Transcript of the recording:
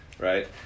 right